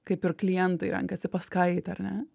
kaip ir klientai renkasi pas ką eit ar ne